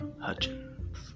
Hutchins